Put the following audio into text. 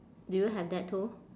do you have that too